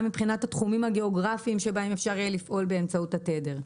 גם מבחינת התחומים הגאוגרפים שבהם אפשר יהיה לפעול באמצעות התדר.